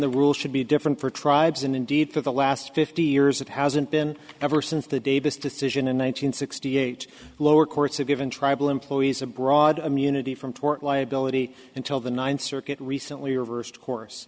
the rule should be different for tribes and indeed for the last fifty years it hasn't been ever since the davis decision in one thousand nine hundred sixty eight lower courts have given tribal employees a broad immunity from tort liability until the ninth circuit recently reversed course